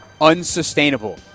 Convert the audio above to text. Unsustainable